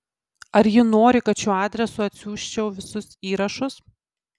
ar ji nori kad šiuo adresu atsiųsčiau visus įrašus